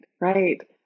right